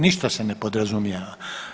Ništa se ne podrazumijeva.